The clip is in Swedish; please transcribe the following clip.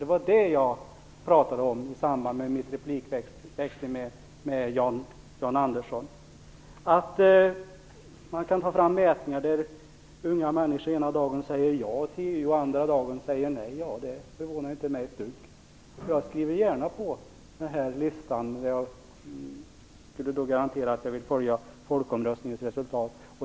Det var det jag pratade om i min replikväxling med Jan Andersson. Att man kan ta fram mätningar där unga människor ena dagen säger ja till EU och andra dagen säger nej förvånar inte mig ett dugg. Jag skriver gärna på listan och skulle då garantera att jag vill följa folkomröstningens resultat.